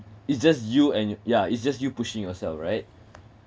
it's just you and yeah it's just you pushing yourself right